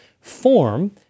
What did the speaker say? form